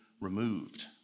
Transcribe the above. removed